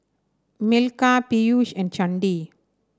Milkha Peyush and Chandi